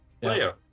player